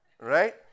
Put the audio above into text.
Right